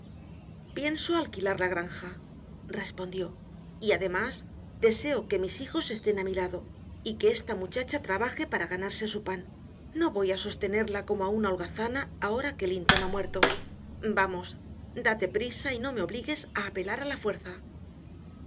pienso alquilar la granja respondió y además deseo que mis hijos estén a mi lado y que esta muchacha trabaje para ganarse su pan no voy a sostenerla como una holgazana ahora que linton ha muerto vamos date prisa y no me obligues a apelar a la fuerza